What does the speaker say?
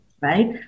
right